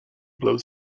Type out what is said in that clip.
blows